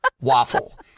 waffle